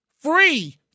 free